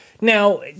now